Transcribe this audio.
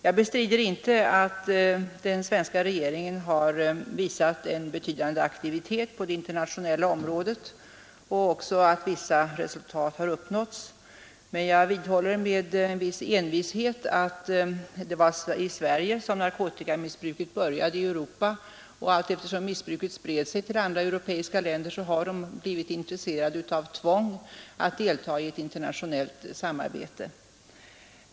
Jag bestrider inte att den svenska regeringen har visat en betydande aktivitet på det internationella området och att vissa resultat har uppnåtts. Men jag vidhåller med en viss envishet att det var i Sverige som narkotikamissbruket började i Europa, och allteftersom missbruket spritt sig till andra europeiska länder har dessa blivit intresserade av att deltaga i ett internationellt samarbete.